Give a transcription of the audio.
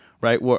Right